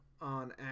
on